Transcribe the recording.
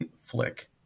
Flick